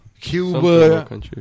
Cuba